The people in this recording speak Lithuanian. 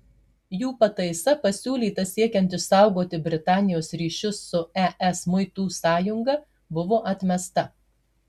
jų pataisa pasiūlyta siekiant išsaugoti britanijos ryšius su es muitų sąjunga buvo atmesta